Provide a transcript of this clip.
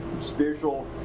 spiritual